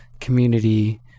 community